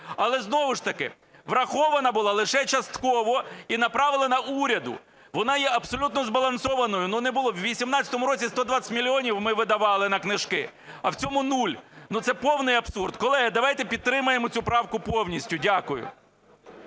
Але знову ж таки врахована була лише частково і направлена уряду. Вона є абсолютно збалансованою, не було… У 2018 році 120 мільйонів ми видавали на книжки, а в цьому – нуль. Це повний абсурд. Колеги, давайте підтримаємо цю правку повністю. Дякую.